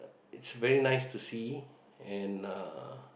it's very nice to see and uh